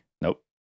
nope